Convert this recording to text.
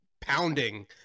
pounding